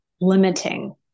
limiting